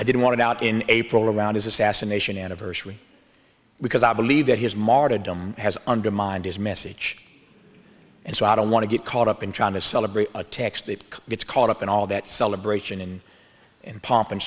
i didn't want to go out in april around his assassination anniversary because i believe that his martyrdom has undermined his message and so i don't want to get caught up in trying to celebrate a text that gets caught up in all that celebration and and po